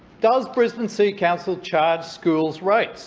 does brisbane city council charge schools rates